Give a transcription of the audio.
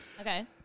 Okay